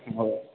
हँ